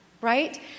right